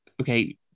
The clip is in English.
okay